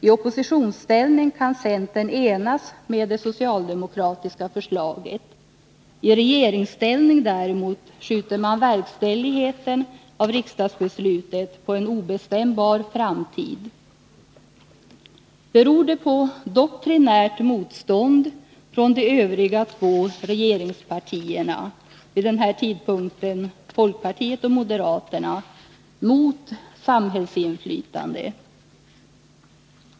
I oppositionsställning kan — velser centern instämma i det socialdemokratiska förslaget. I regeringsställning däremot skjuter man verkställigheten av riksdagsbeslutet på en obestämbar framtid. Beror detta på doktrinärt motstånd från de övriga två regeringspartierna — vid den här tidpunkten folkpartiet och moderaterna — mot samhällsinflytande?